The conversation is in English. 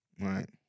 right